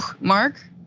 Mark